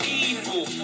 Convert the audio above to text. evil